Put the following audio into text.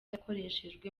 yakoreshejwe